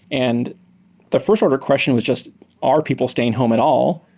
and the first-order question was just our people staying home at all?